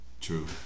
True